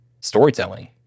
storytelling